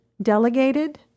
delegated